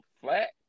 flat